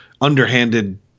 underhanded